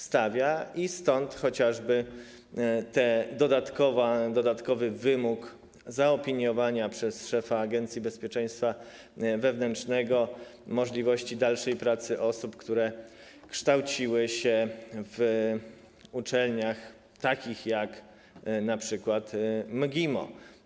Stąd chociażby ten dodatkowy wymóg zaopiniowania przez szefa Agencji Bezpieczeństwa Wewnętrznego możliwości dalszej pracy osób, które kształciły się w uczelniach takich jak np. MGIMO.